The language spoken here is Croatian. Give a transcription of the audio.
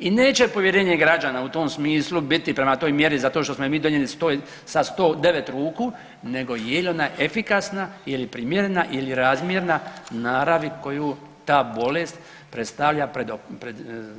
I neće povjerenje građana u tom smislu biti prema toj mjeri zato što smo je mi donijeli sa 109 ruku nego je li ona efikasna, je li primjerena ili razmjerna naravi koju ta bolest predstavlja pred